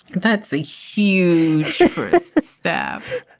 that's a huge for the staff.